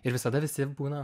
ir visada visi būna